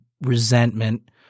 resentment